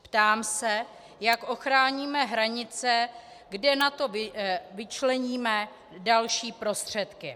Ptám se, jak ochráníme hranice, kde na to vyčleníme další prostředky.